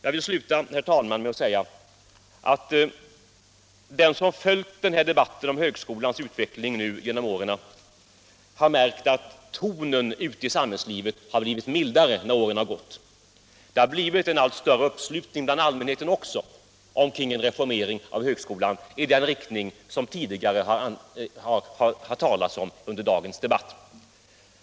Jag vill sluta, herr talman, med att säga att den som följt debatten om högskolans utveckling genom åren har märkt att tonen ute i samhällslivet blivit mildare när åren gått. Det har blivit en allt större uppslutning också bland allmänheten kring en reformering av högskolan i den riktning som det tidigare har talats om i dagens debatt.